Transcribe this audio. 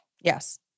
Yes